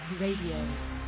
Radio